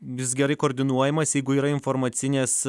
jis gerai koordinuojamas jeigu yra informacinės